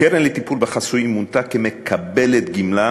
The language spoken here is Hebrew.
הקרן לטיפול בחסויים מונתה כמקבלת גמלה